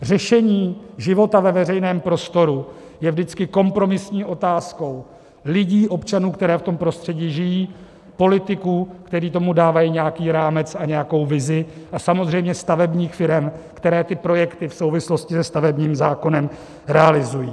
Řešení života ve veřejném prostoru je vždycky kompromisní otázkou lidí, občanů, kteří v tom prostředí žijí, politiků, kteří tomu dávají nějaký rámec a nějakou vizi, a samozřejmě stavebních firem, které ty projekty v souvislosti se stavebním zákonem realizují.